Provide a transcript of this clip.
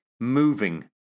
moving